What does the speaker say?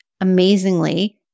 amazingly